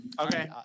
okay